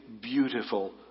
beautiful